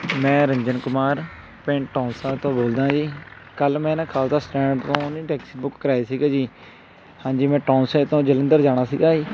ਮੈਂ ਰੰਜਨ ਕੁਮਾਰ ਪਿੰਡ ਟੌਸਾਂ ਤੋਂ ਬੋਲਦਾ ਜੀ ਕੱਲ੍ਹ ਮੈਂ ਨਾ ਖਾਲਸਾ ਸਟੈਂਡ ਤੋਂ ਨੀ ਟੈਕਸੀ ਬੁੱਕ ਕਰਾਏ ਸੀਗਾ ਜੀ ਹਾਂਜੀ ਮੈਂ ਟੌਸਾਂ ਤੋਂ ਜਲੰਧਰ ਜਾਣਾ ਸੀਗਾ